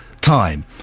time